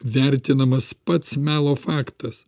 vertinamas pats melo faktas